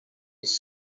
was